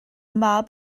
mab